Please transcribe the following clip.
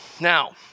Now